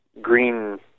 green